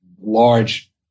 large